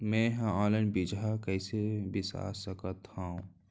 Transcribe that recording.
मे हा अनलाइन बीजहा कईसे बीसा सकत हाव